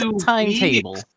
timetable